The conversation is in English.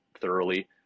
thoroughly